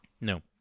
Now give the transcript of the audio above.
No